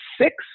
six